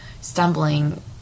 stumbling